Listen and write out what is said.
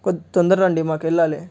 కొద్ది తొందరగా రండి మాకు వెళ్ళాలే